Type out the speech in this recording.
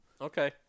Okay